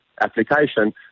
application